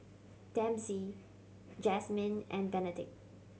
Dempsey Jazmin and Benedict